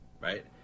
Right